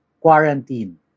quarantine